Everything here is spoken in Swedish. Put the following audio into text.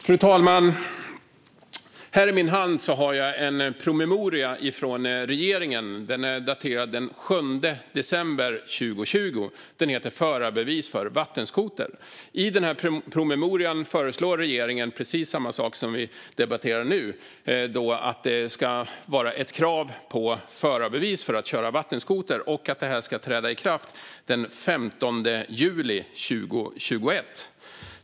Fru talman! I min hand har jag en promemoria från regeringen. Den är daterad den 7 december 2020 och heter Förarbevis för vattenskoter . I denna promemoria föreslår regeringen precis samma sak som vi debatterar nu, nämligen att det ska vara ett krav på förarbevis för att köra vattenskoter och att det här ska träda i kraft den 15 juli 2021.